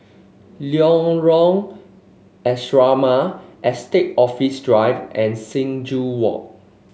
Lorong Asrama Estate Office Drive and Sing Joo Walk